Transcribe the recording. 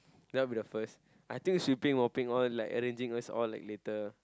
that will be the first I think sweeping mopping all like arranging also all like later